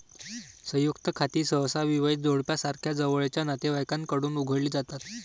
संयुक्त खाती सहसा विवाहित जोडप्यासारख्या जवळच्या नातेवाईकांकडून उघडली जातात